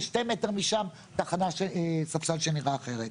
ושני מטר משם ספסל של תחנה שנראה אחרת.